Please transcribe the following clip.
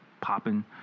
popping